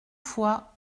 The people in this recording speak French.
fois